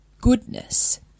goodness